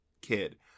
kid